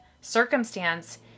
circumstance